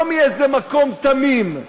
לא מאיזה מקום תמים,